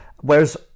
Whereas